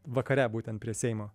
vakare būtent prie seimo